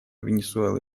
венесуэлы